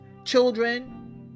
children